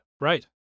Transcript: right